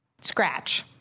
scratch